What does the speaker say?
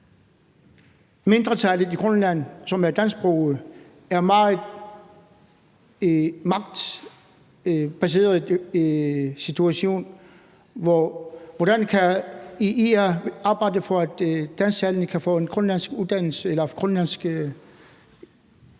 mindretal i Grønland, som er dansksproget, er i en meget magtbaseret situation. Hvordan kan IA arbejde for, at dansktalende kan få en grønlandsk uddannelse